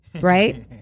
right